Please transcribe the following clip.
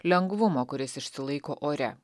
lengvumo kuris išsilaiko ore